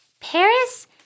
Paris